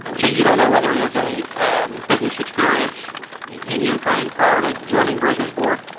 and so you don't know whether he has any um business experience in ukraine prior to joining burisma's board?